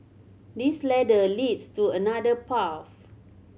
this ladder leads to another path